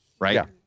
right